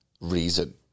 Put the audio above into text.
reason